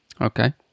Okay